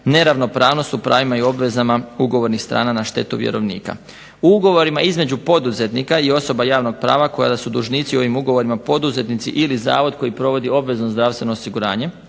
neravnopravnost u pravima i obvezama ugovornih strana na štetu vjerovnika. U ugovorima između poduzetnika i osoba javnog prava koja su dužnici u ovim ugovorima poduzetnici ili zavod koji provodi obvezno zdravstveno osiguranje